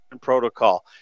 protocol